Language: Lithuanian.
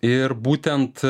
ir būtent